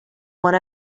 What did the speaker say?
one